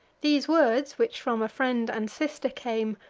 these words, which from a friend and sister came,